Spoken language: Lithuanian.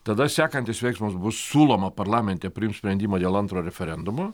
tada sekantis veiksmas bus siūloma parlamente priimt sprendimą dėl antro referendumo